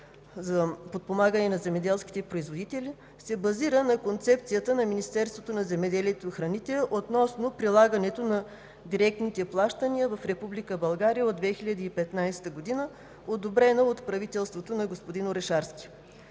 за подпомагане на земеделските производители се базира на концепцията на Министерството на земеделието и храните относно прилагането на директните плащания в Република България от 2015 г., одобрена от правителството на господин Орешарски.